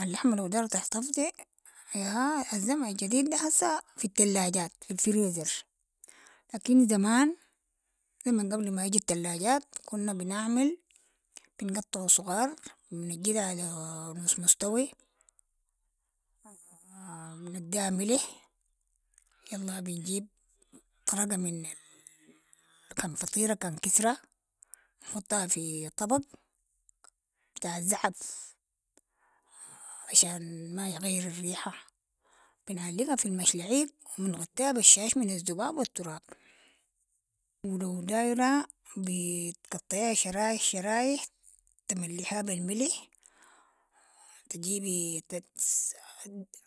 اللحمة لو دايرة تحتفظي، ياها الزمن الجديد دة هسا في التلاجات في الفريزر، لكن زمان، زمن قبل ما يجي التلاجات، كنا بنعمل بنقطعو صغار و ننجضها على نص مستوي، نديها ملح، يلا بنجيب طرقة من- كان فطيرة كان كسرة، حطها في طبق بتاع زعف، عشان ما يغير الريحة، بنعلقها في المشلعيق و بنغطيها بالشاش من الذباب والتراب و لو دايرة بتقطعيها شرايح شرايح، تملحيها بالملح و تجيبي